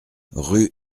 rue